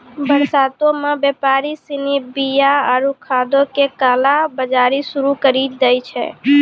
बरसातो मे व्यापारि सिनी बीया आरु खादो के काला बजारी शुरू करि दै छै